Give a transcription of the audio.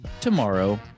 tomorrow